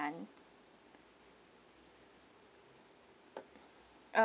nan uh